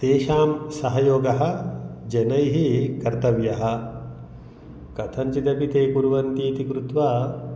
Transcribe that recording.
तेषां सहयोगः जनैः कर्तव्यः कथञ्चिदपि ते कुर्वन्तीति कृत्वा